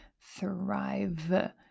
thrive